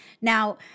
Now